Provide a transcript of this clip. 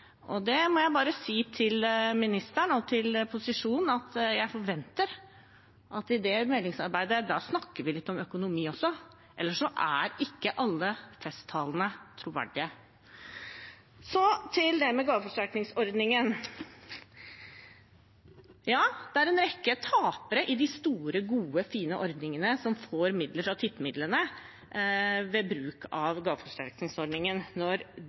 til posisjonen må jeg si at jeg forventer at man i det meldingsarbeidet kommer til å snakke litt om økonomi også, ellers er ikke alle festtalene troverdige. Til gaveforsterkningsordningen: Ja, det er en rekke tapere i de store, gode og fine ordningene som får midler fra tippemidlene, ved bruk av gaveforsterkningsordningen.